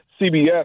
CBS